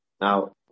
Now